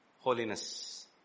Holiness